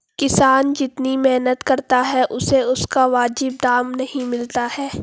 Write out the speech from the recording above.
किसान जितनी मेहनत करता है उसे उसका वाजिब दाम नहीं मिलता है